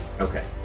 Okay